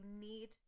need